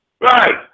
right